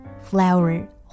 Flower